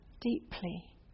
deeply